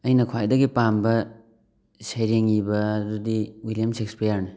ꯑꯩꯅ ꯈ꯭ꯋꯥꯏꯗꯒꯤ ꯄꯥꯝꯕ ꯁꯩꯔꯦꯡ ꯏꯕ ꯑꯗꯨꯗꯤ ꯋꯤꯂꯤꯌꯝ ꯁꯦꯛꯁꯐꯤꯌꯔꯅꯤ